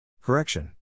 Correction